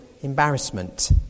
embarrassment